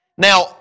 Now